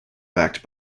backed